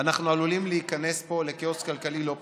אנחנו עלולים להיכנס פה לכאוס כלכלי לא פשוט,